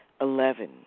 Eleven